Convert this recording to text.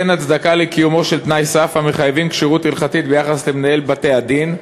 אין הצדקה לקיומו של תנאי סף המחייב כשירות הלכתית ביחס למנהל בתי-הדין,